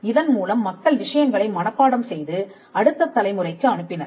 இதன் மூலம் மக்கள் விஷயங்களை மனப்பாடம் செய்து அடுத்த தலைமுறைக்கு அனுப்பினர்